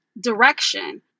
direction